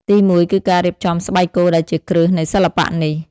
ទីមួយគឺការរៀបចំស្បែកគោដែលជា គ្រឹះនៃសិល្បៈនេះ។